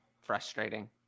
frustrating